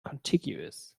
contiguous